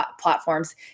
platforms